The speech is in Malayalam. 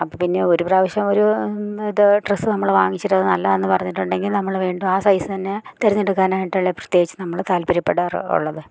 അപ്പം പിന്നെ ഒരു പ്രാവശ്യം ഒരു ഇത് ഡ്രസ്സ് നമ്മള് വാങ്ങിച്ചിട്ടത് നല്ലതാണ് പറഞ്ഞിട്ടുണ്ടെങ്കിൽ നമ്മള് വീണ്ടും ആ സൈസ് തന്നെ തെരഞ്ഞെടുക്കാനായിട്ടുള്ള പ്രത്യേകിച്ച് നമ്മള് താല്പര്യപ്പെടാറുള്ളത്